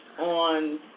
on